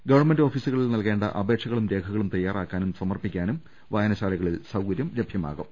government ഓഫീസുകളിൽ നൽകേണ്ട അപേ ക്ഷകളും രേഖകളും തയാറാക്കാനും സമർപ്പിക്കാനും വായനശാല കളിൽ സൌകര്യം ഏർപ്പെടുത്തും